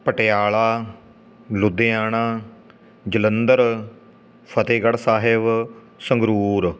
Patiala Ludhiana Jalandhar Fatehgarh Sahib Sangrur